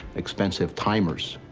expensive timers,